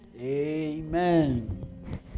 Amen